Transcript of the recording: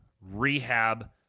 rehab